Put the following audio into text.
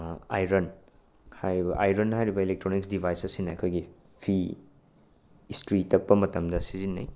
iron ꯍꯥꯏꯔꯤꯕ iron ꯍꯥꯏꯔꯤꯕ electronics device ꯑꯁꯤꯅ ꯑꯩꯈꯣꯏꯒꯤ ꯐꯤ ꯁ꯭ꯇꯔꯤ ꯇꯛꯄ ꯃꯇꯝꯗ ꯁꯤꯖꯤꯟꯅꯩ